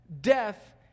death